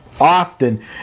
often